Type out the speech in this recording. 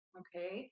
okay